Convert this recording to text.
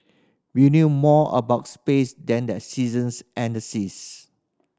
we knew more about space than the seasons and the seas